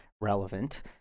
relevant